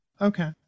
Okay